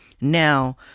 Now